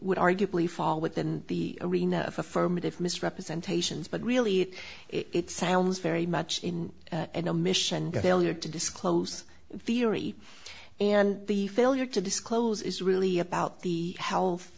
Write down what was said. would arguably fall within the arena of affirmative misrepresentations but really it sounds very much in a mission failure to disclose fieri and the failure to disclose is really about the health